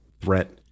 threat